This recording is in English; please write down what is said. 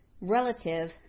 relative